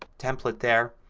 template there.